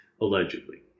Allegedly